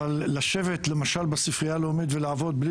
אבל לשבת למשל בספרייה הלאומית ולעבוד בלי